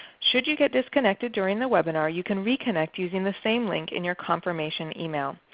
should you get disconnected during the webinar, you can reconnect using the same link in your confirmation email.